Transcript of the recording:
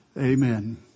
Amen